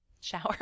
shower